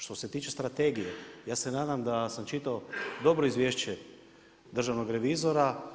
Što se tiče strategije, ja se nadam da sam čitao dobro izvješće državnog revizora.